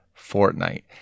Fortnite